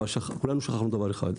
אבל כולנו שכחנו דבר אחד,